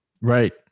Right